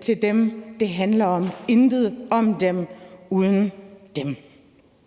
til dem, det handler om. Intet om dem uden dem.